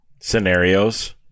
scenarios